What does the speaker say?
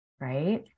Right